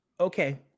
Okay